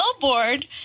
Billboard